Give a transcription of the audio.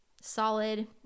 solid